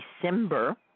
December